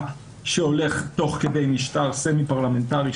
שהולך תוך כדי משטר סמי-פרלמנטרי.